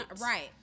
Right